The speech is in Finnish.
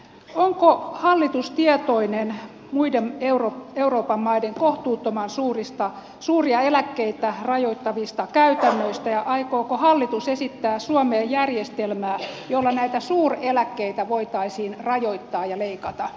onko hallitus tietoinen muiden euroopan maiden kohtuuttoman suuria eläkkeitä rajoittavista käytännöistä ja aikooko hallitus esittää suomeen järjestelmää jolla näitä suureläkkeitä voitaisiin rajoittaa ja leikata